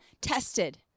tested